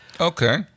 Okay